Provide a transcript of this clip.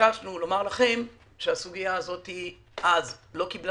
התבקשנו לומר לכם שהסוגיה הזאת אז לא קיבלה